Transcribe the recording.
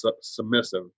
submissive